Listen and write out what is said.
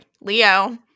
Leo